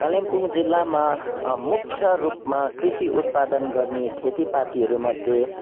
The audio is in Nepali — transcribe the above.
कालिम्पोङ जिल्लामा मुख्य रूपमा कृषि उत्पादन गर्ने खेतीपातीहरूमध्ये